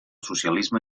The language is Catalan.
socialisme